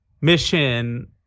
Mission